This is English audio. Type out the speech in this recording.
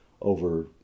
over